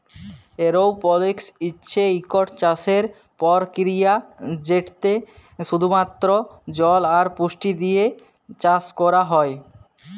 এরওপলিক্স হছে ইকট চাষের পরকিরিয়া যেটতে শুধুমাত্র জল আর পুষ্টি দিঁয়ে চাষ ক্যরা হ্যয়